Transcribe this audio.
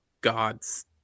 God's